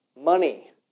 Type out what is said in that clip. money